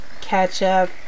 ketchup